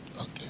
Okay